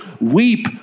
Weep